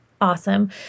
awesome